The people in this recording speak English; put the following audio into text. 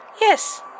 Yes